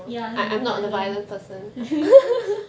ya you are violent